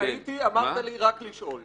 הייתי ואמרת לי רק לשאול.